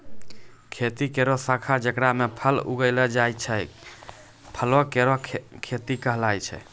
खेती केरो शाखा जेकरा म फल उगैलो जाय छै, फलो केरो खेती कहलाय छै